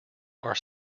are